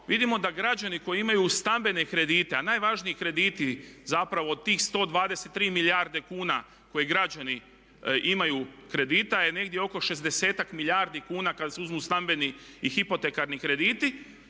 vidimo da građani koji imaju stambene kredite, a najvažniji krediti zapravo od tih 123 milijarde kuna koje građani imaju kredita je negdje oko 60-tak milijardi kuna kada se uzmu stambeni i hipotekarni krediti.